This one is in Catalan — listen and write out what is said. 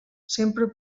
sempre